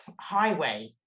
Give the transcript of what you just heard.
highway